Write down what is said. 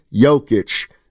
Jokic